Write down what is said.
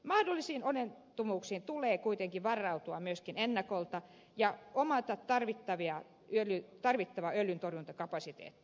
mahdollisiin onnettomuuksiin tulee kuitenkin varautua myöskin ennakolta ja omata tarvittava öljyntorjuntakapasiteetti